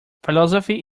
philosophy